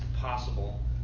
possible